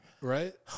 Right